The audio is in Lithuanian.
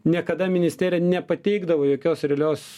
niekada ministerija nepateikdavo jokios realios